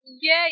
Yay